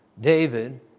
David